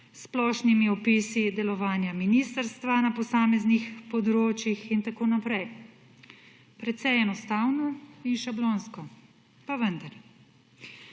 splošnimi opisi delovanja ministrstva na posameznih področjih in tako naprej. Precej enostavno in šablonsko, pa vendar.